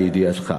לידיעתך,